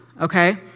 okay